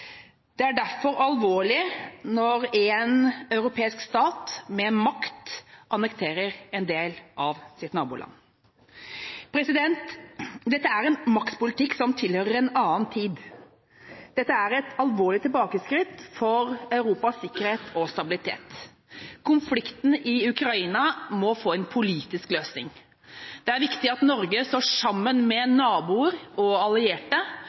Det er derfor alvorlig når en europeisk stat med makt annekterer en del av sitt naboland. Dette er en maktpolitikk som tilhører en annen tid. Det er et alvorlig tilbakeskritt for Europas sikkerhet og stabilitet. Konflikten i Ukraina må få en politisk løsning. Det er viktig at Norge står sammen med naboer og allierte